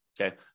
okay